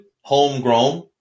homegrown